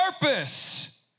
purpose